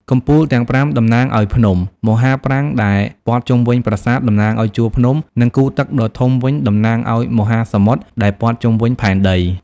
កំពូលទាំងប្រាំតំណាងឱ្យភ្នំ មហាប្រាង្គដែលព័ទ្ធជុំវិញប្រាសាទតំណាងឱ្យជួរភ្នំ និងគូទឹកដ៏ធំវិញតំណាងឱ្យមហាសមុទ្រ ដែលព័ទ្ធជុំវិញផែនដី។